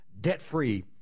Debt-free